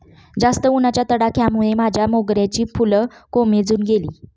जास्त उन्हाच्या तडाख्यामुळे माझ्या मोगऱ्याची फुलं कोमेजून गेली